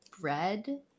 bread